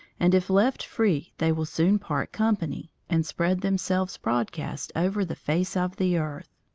and if left free they will soon part company, and spread themselves broadcast over the face of the earth.